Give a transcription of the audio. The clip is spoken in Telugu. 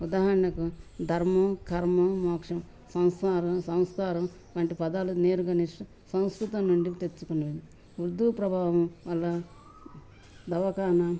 ఉదాహరణకు ధర్మం కర్మం మోక్షం సంసారం సంస్కారం వంటి పదాలు నేరుగా సంస్కృతం నుండి తెచ్చుకొన్నది ఉర్దూ ప్రభావం వల్ల దవాకాన